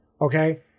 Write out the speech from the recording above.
Okay